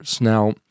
Now